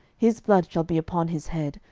his blood shall be upon his head,